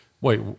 Wait